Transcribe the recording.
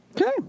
Okay